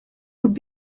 would